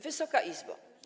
Wysoka Izbo!